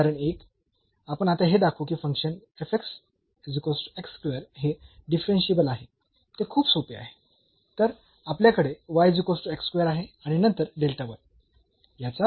उदाहरण 1 आपण आता हे दाखवू की फंक्शन हे डिफरन्शियेबल आहे ते खूप सोपे आहे